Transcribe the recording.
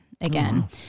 again